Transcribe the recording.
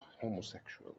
homosexual